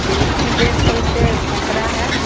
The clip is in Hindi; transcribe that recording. लीच्ची डेढ़ सौ रुपये सैंकरा है